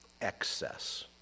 Excess